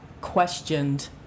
questioned